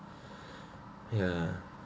yeah